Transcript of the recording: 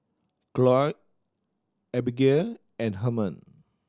Cloyd Abigale and Herman